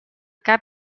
cap